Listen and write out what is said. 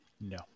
No